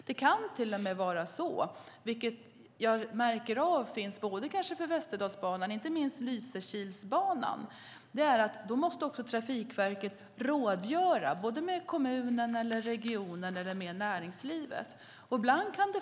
Det kan till och med vara så - det kan gälla båda banorna och inte minst Lysekilsbanan - att Trafikverket måste rådgöra med kommunen, regionen eller med näringslivet.